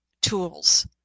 tools